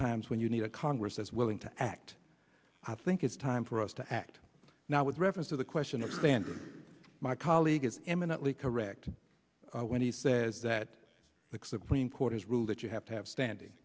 times when you need a congress as willing to act i think it's time for us to act now with reference to the question of standards my colleague is eminently correct when he says that the supreme court has ruled that you have to have standing